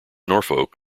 norfolk